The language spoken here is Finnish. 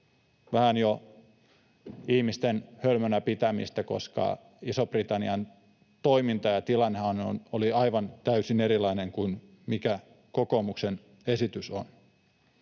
vähän jo ihmisten hölmönä pitämistä, koska Ison-Britannian toiminta ja tilannehan oli aivan täysin erilainen kuin mikä kokoomuksen esitys on.